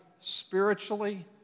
spiritually